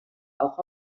auch